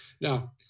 Now